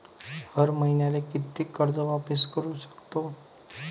हर मईन्याले कितीक कर्ज वापिस करू सकतो?